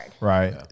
Right